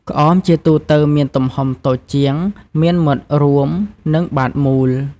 ក្អម ជាទូទៅមានទំហំតូចជាង មានមាត់រួម និងបាតមូល។